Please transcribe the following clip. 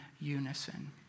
unison